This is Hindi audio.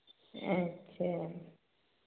अच्छा